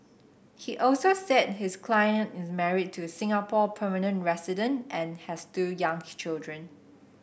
he also said his client is married to a Singapore permanent resident and has two young children